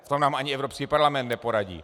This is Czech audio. V tom nám ani Evropský parlament neporadí.